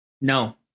No